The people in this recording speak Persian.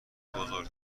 بزرگ